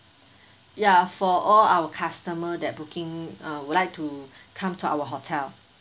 ya for all our customer that booking uh would like to come to our hotel